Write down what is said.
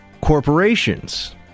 corporations